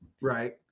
Right